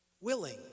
willing